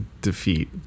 defeat